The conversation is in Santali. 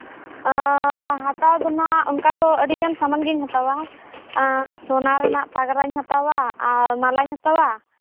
ᱦᱟᱛᱟᱣ ᱫᱚ ᱱᱟᱜ ᱚᱱᱠᱟ ᱫᱚ ᱟᱹᱰᱤᱜᱟᱱ ᱥᱟᱢᱟᱱ ᱜᱤᱧ ᱦᱟᱛᱟᱣᱟ ᱥᱚᱱᱟ ᱨᱮᱱᱟᱜ ᱯᱟᱜᱽᱨᱟᱧ ᱦᱟᱛᱟᱣᱟ ᱢᱟᱞᱟᱧ ᱦᱟᱛᱟᱣᱟ